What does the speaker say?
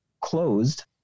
closed